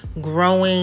growing